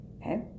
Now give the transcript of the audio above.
Okay